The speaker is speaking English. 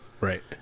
right